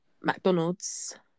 McDonald's